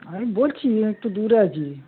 আমি বলছি একটু দূরে আছি